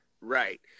Right